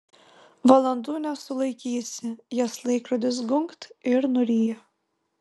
valandų nesulaikysi jas laikrodis gunkt ir nuryja